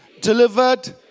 delivered